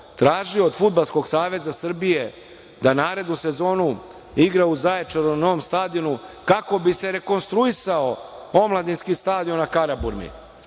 tražio od Fudbalskog saveza Srbije da narednu sezonu igra u Zaječaru na novom stadionu, kako bi se rekonstruisao Omladinski stadion na Karaburmi.